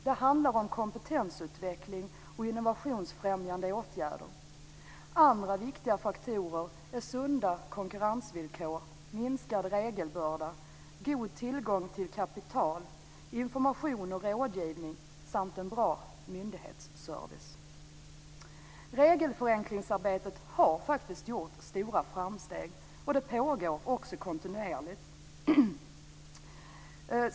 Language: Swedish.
Det handlar om kompetensutveckling och innovationsfrämjande åtgärder. Andra viktiga faktorer är sunda konkurrensvillkor, minskad regelbörda, god tillgång till kapital, information och rådgivning samt en bra myndighetsservice. Regelförenklingsarbetet har faktiskt gjort stora framsteg, och det pågår kontinuerligt.